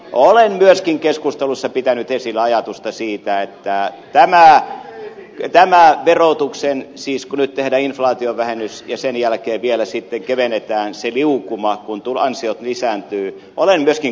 olen myöskin keskustelussa pitänyt esillä ajatusta siitä että kun siis nyt tehdään inflaatiovähennys ja sen jälkeen vielä sitten kevennetään tämän verotuksen liukuman kun ansiot lisääntyvät olen myöskin kyseenalaistanut